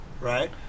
right